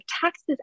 taxes